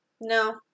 No